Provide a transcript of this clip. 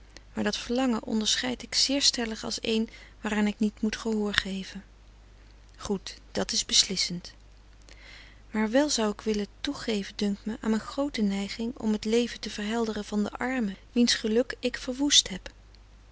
maar dat verlangen onderscheid ik zeer stellig als een waaraan ik niet moet gehoor geven goed dat is beslissend maar wel zou ik willen toegeven dunkt me aan mijn groote neiging om het leven te verhelderen van den armen wiens geluk ik verwoest heb